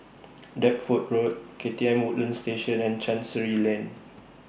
Deptford Road K T M Woodlands Station and Chancery Lane